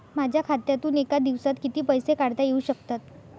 माझ्या खात्यातून एका दिवसात किती पैसे काढता येऊ शकतात?